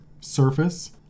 surface